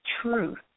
truth